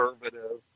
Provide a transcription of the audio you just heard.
conservative